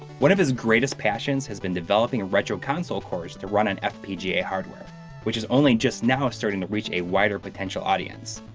one of his greatest passions has been developing retro console cores to run on fpga hardware which is only just now starting to reach a wider potential audience.